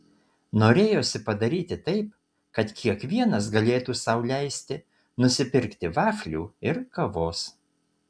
norėjosi padaryti taip kad kiekvienas galėtų sau leisti nusipirkti vaflių ir kavos